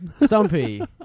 Stumpy